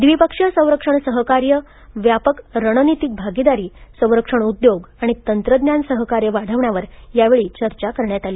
द्विपक्षीय संरक्षण सहकार्य व्यापक रणनीतिक भागीदारी संरक्षण उद्योग आणि तंत्रज्ञान सहकार्य वाढवण्यावर यावेळी चर्चा करण्यात आली